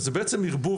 זה בעצם ערבוב,